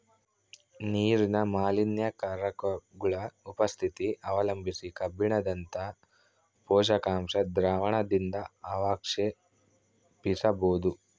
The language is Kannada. ನೀರಿನ ಮಾಲಿನ್ಯಕಾರಕಗುಳ ಉಪಸ್ಥಿತಿ ಅವಲಂಬಿಸಿ ಕಬ್ಬಿಣದಂತ ಪೋಷಕಾಂಶ ದ್ರಾವಣದಿಂದಅವಕ್ಷೇಪಿಸಬೋದು